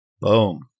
Boom